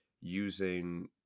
using